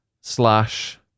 slash